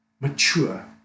mature